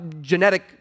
genetic